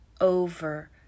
over